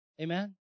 Amen